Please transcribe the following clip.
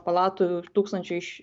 palatų tūkstančiui iš